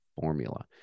formula